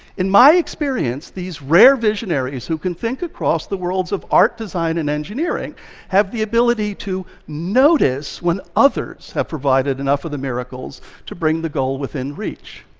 in my experience, these rare visionaries who can think across the worlds of art, design and engineering have the ability to notice when others have provided enough of the miracles to bring the goal within reach.